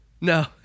No